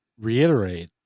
reiterate